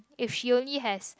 if she only has